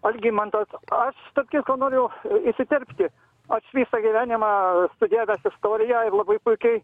algimantas aš tarp kitko norėjau įsiterpti aš visą gyvenimą studijavęs istoriją ir labai puikiai